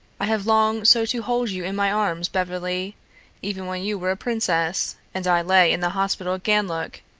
i have longed so to hold you in my arms, beverly even when you were a princess and i lay in the hospital at ganlook,